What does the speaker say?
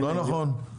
לא נכון.